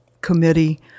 committee